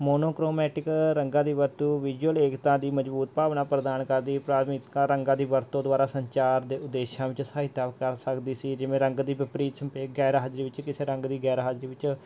monochromatic ਰੰਗਾਂ ਦੀ ਵਰਤੋਂ ਵਿਜੁਅਲ ਏਕਤਾ ਦੀ ਮਜ਼ਬੂਤ ਭਾਵਨਾ ਪ੍ਰਦਾਨ ਕਰਦੀ ਪ੍ਰਾਥਮਿਕਤਾ ਰੰਗਾਂ ਦੀ ਵਰਤੋਂ ਦੁਆਰਾ ਸੰਚਾਰ ਦੇ ਉਦੇਸ਼ਾਂ ਵਿੱਚ ਸਹਾਇਤਾ ਕਰ ਸਕਦੀ ਸੀ ਜਿਵੇਂ ਰੰਗ ਦੀ ਵਿਪ੍ਰੀਤ ਸੰਪੇਗ ਗੈਰ ਹਾਜ਼ਰੀ ਵਿੱਚ ਕਿਸੇ ਰੰਗ ਦੀ ਗੈਰ ਹਾਜ਼ਰੀ ਵਿੱਚ